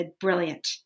brilliant